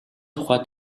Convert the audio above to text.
тухай